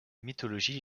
mythologie